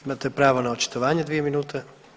Imate pravo na očitovanje dvije minute.